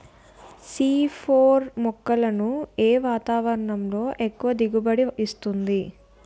C four మొక్కలను ఏ వాతావరణంలో ఎక్కువ దిగుబడి ఇస్తుంది?